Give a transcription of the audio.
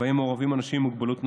שבהם מעורבים אנשים עם מוגבלות נפשית,